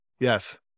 Yes